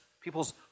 People's